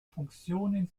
funktionen